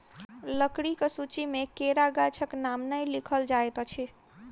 लकड़ीक सूची मे केरा गाछक नाम नै लिखल जाइत अछि